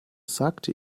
sagte